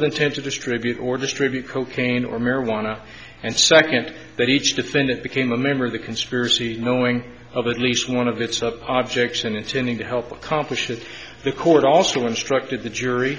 with intent to distribute or distribute cocaine or marijuana and second that each defendant became a member of the conspiracy knowing of at least one of its of objects in intending to help accomplish that the court also instructed the jury